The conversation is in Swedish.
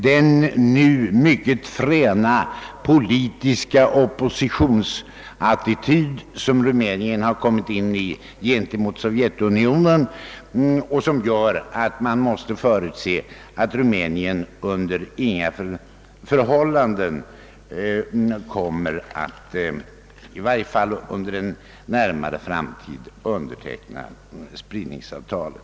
Den mycket fräna politiska oppositionsattityd som Rumänien nu kommit att inta gentemot Sovjetunionen gör att man kan förutse att Rumänien under inga förhållanden och 1 varje fall inte under den närmaste framtiden kommer att underteckna icke-spridningsavtalet.